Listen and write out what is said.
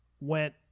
went